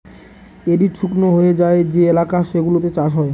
arid শুকনো হয়ে যায় যে এলাকা সেগুলোতে চাষ হয়